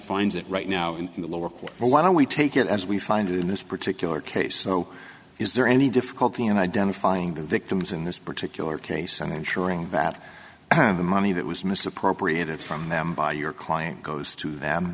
finds it right now in the lower court but why don't we take it as we find in this particular case so is there any difficulty in identifying the victims in this particular case and ensuring that the money that was misappropriated from them by your client goes to them